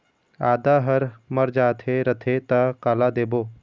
आदा हर मर जाथे रथे त काला देबो?